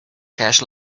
cash